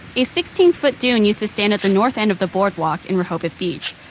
a sixteen foot dune used to stand at the north end of the boardwalk in rehoboth beach,